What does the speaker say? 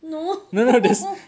no